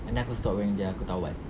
and then aku stop wearing gel aku taubat